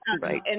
Right